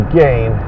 gain